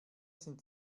sind